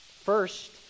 first